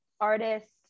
artists